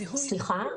סליחה?